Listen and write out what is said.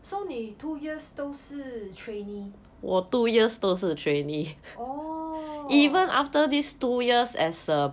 so 你 two years 都是 trainee orh